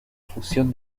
fusión